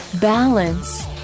Balance